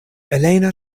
elena